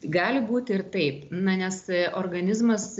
gali būti ir taip na nes organizmas